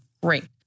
Great